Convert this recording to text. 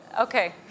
Okay